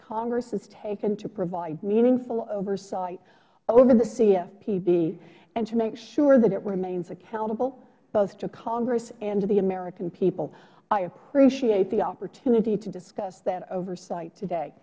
congress has taken to provide meaningful oversight over the cfpb and to make sure that it remains accountable both to congress and to the american people i appreciate the opportunity to discuss that oversight today